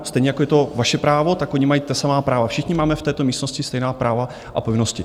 Stejně jako je to vaše právo, tak oni mají ta samá práva, všichni máme v této místnosti stejná práva a povinnosti.